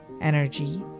energy